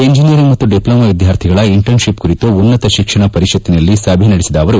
engineering ಮತ್ತು diploma ಎದ್ಬಾರ್ಥಿಗಳ internship ಕುರಿತು ಉನ್ನತ ಶಿಕ್ಷಣ ಪರಿಷತ್ತಿನಲ್ಲಿ ಸಭೆ ನಡೆಸಿದ ಸಚಿವರು